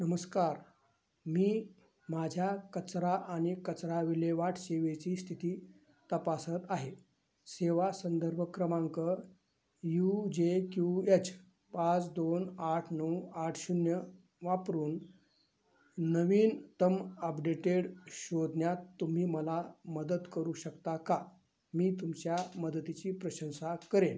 नमस्कार मी माझ्या कचरा आणि कचरा विल्हेवाट सेवेची स्थिती तपासत आहे सेवा संदर्भ क्रमांक यू जे क्यू एच पाच दोन आठ नऊ आठ शून्य वापरून नवीनतम अपडेटेड शोधण्यात तुम्ही मला मदत करू शकता का मी तुमच्या मदतीची प्रशंसा करेन